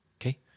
Okay